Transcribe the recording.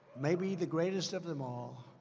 maybe the greatest of them all.